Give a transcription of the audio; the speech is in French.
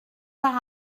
par